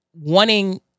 wanting